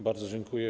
Bardzo dziękuję.